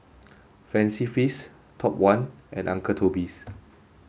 Fancy Feast Top One and Uncle Toby's